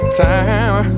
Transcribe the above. time